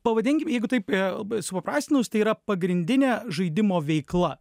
pavadinkim jeigu taip labai supaprastinus tai yra pagrindinė žaidimo veikla